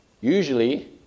Usually